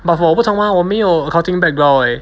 but 我不同 mah 我没有 accounting background leh